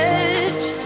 edge